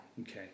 Okay